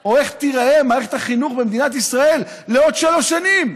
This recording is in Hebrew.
או איך תיראה מערכת החינוך במדינת ישראל לעוד שלוש שנים?